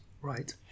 Right